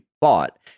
bought